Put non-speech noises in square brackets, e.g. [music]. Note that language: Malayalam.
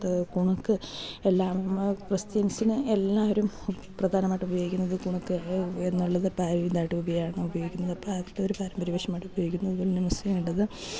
അ കുണുക്ക് എല്ലാം ക്രിസ്ത്യൻസിന് എല്ലാവരും പ്രധാനമായിട്ട് ഉപയോഗിക്കുന്നത് കുണക്ക് എന്നുള്ളത് [unintelligible] ഉപയോഗിക്കുന്നത് അപ്പം അത് ഒരു പാരമ്പര്യ വേഷമായിട്ട് ഉപയോഗിക്കുന്നു അതുപോലെ തന്നെ മുസ്ലിമിൻ്റേത്